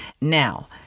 now